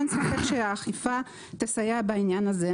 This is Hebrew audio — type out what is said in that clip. אין ספק שהאכיפה תסייע בעניין הזה.